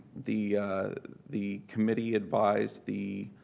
the the committee advised the